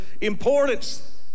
importance